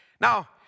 Now